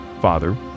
Father